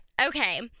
Okay